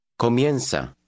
Comienza